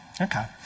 Okay